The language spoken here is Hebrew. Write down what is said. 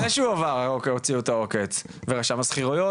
עוד לפני שהוא עבר הוציאו את העוקץ ורשם השכירויות